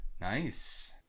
nice